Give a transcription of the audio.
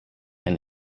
and